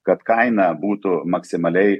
kad kaina būtų maksimaliai